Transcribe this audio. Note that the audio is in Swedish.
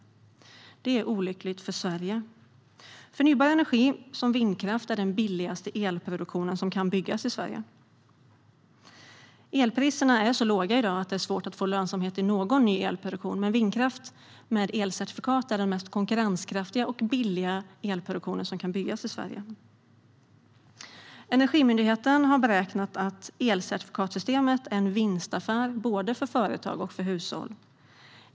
Det är olyckligt för Sverige. Förnybar energi som vindkraft är den billigaste elproduktionen som kan byggas i Sverige. Elpriserna är i dag så låga att det är svårt att få lönsamhet i någon ny elproduktion, men vindkraft med elcertifikat är den mest konkurrenskraftiga och billiga elproduktion som kan byggas i Sverige. Energimyndigheten har beräknat att elcertifikatssystemet är en vinstaffär för både företag och hushåll.